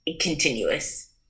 continuous